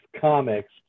comics